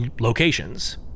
locations